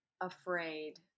afraid